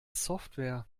software